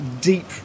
deep